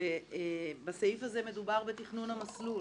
ובסעיף הזה מדובר בתכנון המסלול